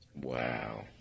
Wow